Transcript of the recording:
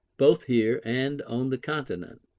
both here and on the continent.